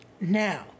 now